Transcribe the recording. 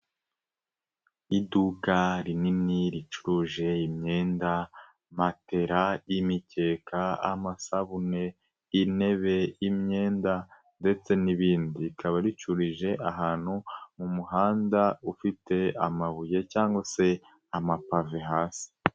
lduka rinini ricuruje imyenda ,matela ,imikeka, amasabune, intebe, imyenda ,ndetse n'ibindi.. Rikaba ricururije ahantu mu muhanda ,ufite amabuye cyangwa se amapave hasi.